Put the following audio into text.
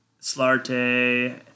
Slarte